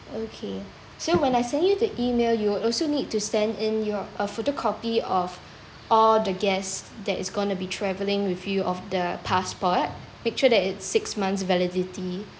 okay so when I send you the email you would also need to send in your a photocopy of all the guest that is gonna be travelling with you of the passport make sure that it's six months validity